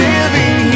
Living